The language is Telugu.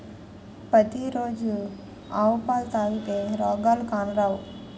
పతి రోజు ఆవు పాలు తాగితే రోగాలు కానరావు